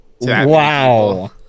Wow